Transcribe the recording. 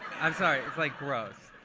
i'm sorry, it's like gross.